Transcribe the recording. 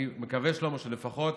אני מקווה, שלמה,